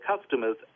customers